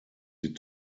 die